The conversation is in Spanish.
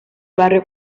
barrio